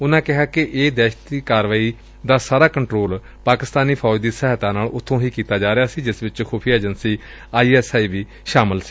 ਉਨਾਂ ਕਿਹਾ ਕਿ ਇਹ ਦਹਿਸ਼ਤੀ ਕਾਰਵਾਈ ਦਾ ਸਾਰਾ ਕੰਟਰੋਲ ਪਾਕਿਸਤਾਨੀ ਫੌਜ ਦੀ ਸਹਾਇਤਾ ਨਾਲ ਉਬੋਂ ਕੀਤਾ ਗਿਆ ਜਿਸ ਵਿਚ ਖੁਫੀਆ ਏਜੰਸੀ ਆਈ ਐਸ ਆਈ ਵੀ ਸ਼ਾਮਲ ਸੀ